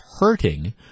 hurting